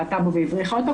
בעטה בו והבריחה אותו",